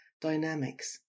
dynamics